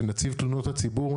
נציב תלונות הציבור,